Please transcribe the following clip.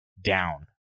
down